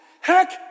Heck